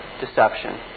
deception